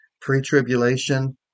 pre-tribulation